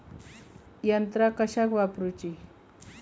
यंत्रा कशाक वापुरूची?